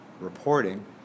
reporting